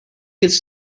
it’s